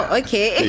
okay